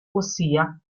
ossia